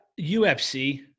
UFC